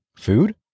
Food